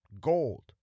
gold